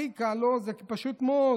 הכי קל לו כי זה פשוט מאוד